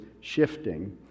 shifting